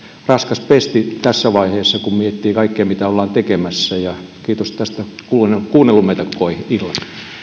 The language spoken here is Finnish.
raskas pesti tässä vaiheessa kun miettii kaikkea mitä ollaan tekemässä ja kiitos tästä kun olette kuunnellut meitä koko illan